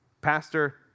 Pastor